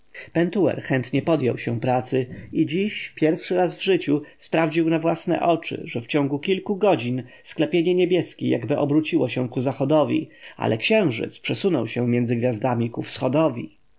pentuer chętnie podjął się pracy i dziś pierwszy raz w życiu sprawdził na własne oczy że w ciągu kilku godzin sklepienie niebieskie jakby obróciło się ku zachodowi ale księżyc przesunął się między gwiazdami ku